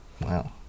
Wow